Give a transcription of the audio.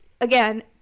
again